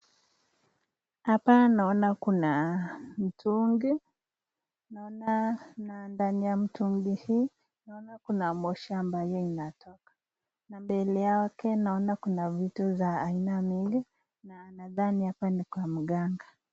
Hapa naona kuna mtungi, naona na ndani ya mtungi hii, naona kuna moshi ambayo inatoka, na mbele yake naona kuna vitu za aina mingi, na nadhani hapa ni kwa mganga .